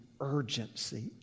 urgency